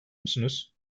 musunuz